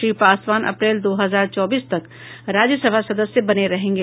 श्री पासवान अप्रैल दो हजार चौबीस तक राज्यसभा सदस्य बने रहेंगे